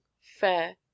fair